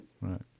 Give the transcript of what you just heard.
right